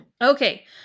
Okay